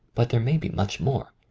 but there may be much more.